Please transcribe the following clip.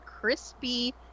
crispy